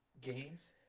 games